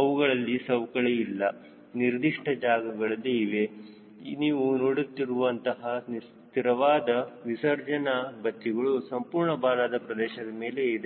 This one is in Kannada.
ಅವುಗಳಲ್ಲಿ ಸವಕಳಿಯು ಇಲ್ಲ ನಿರ್ದಿಷ್ಟ ಜಾಗಗಳಲ್ಲಿ ಇವೆ ನೀವು ನೋಡುತ್ತಿರುವ ಅಂತಹ ಸ್ಥಿರವಾದ ವಿಸರ್ಜನೆ ಬತ್ತಿಗಳು ಸಂಪೂರ್ಣ ಬಾಲದ ಪ್ರದೇಶದ ಮೇಲೆ ಇದೆ